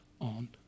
on